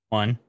one